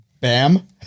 Bam